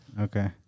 Okay